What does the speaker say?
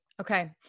Okay